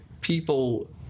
people